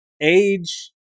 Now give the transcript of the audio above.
Age